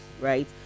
right